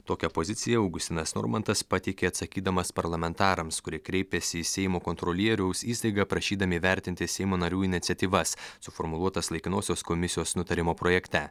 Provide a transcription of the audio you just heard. tokią poziciją augustinas normantas pateikė atsakydamas parlamentarams kurie kreipėsi į seimo kontrolieriaus įstaigą prašydami įvertinti seimo narių iniciatyvas suformuluotas laikinosios komisijos nutarimo projekte